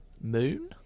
Moon